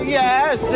yes